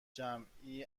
جمعی